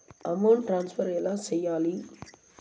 amount transfer ఎలా సేయాలి